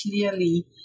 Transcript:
clearly